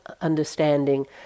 understanding